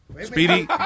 Speedy